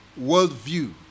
worldview